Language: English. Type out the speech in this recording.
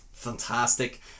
fantastic